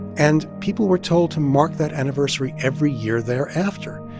and people were told to mark that anniversary every year thereafter.